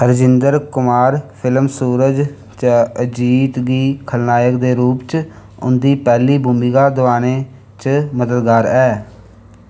Rajendra Kumar film Suraj च अजीत गी खलनायक दे रूप च उं'दी पैह्ली भूमिका दोआने च मददगार ऐ